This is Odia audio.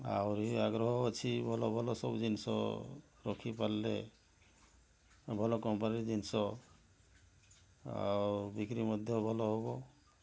ଆହୁରି ଆଗ୍ରହ ଅଛି ଭଲ ଭଲ ସବୁ ଜିନିଷ ରଖି ପାରିଲେ ଭଲ କମ୍ପାନୀ ଜିନିଷ ଆଉ ବିକ୍ରୀ ମଧ୍ୟ ଭଲ ହେବ